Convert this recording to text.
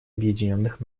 объединенных